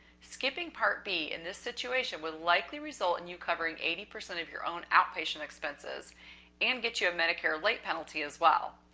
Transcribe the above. skipping part b in this situation will likely result in and you covering eighty percent of your own outpatient expenses and get you a medicare late penalty as well.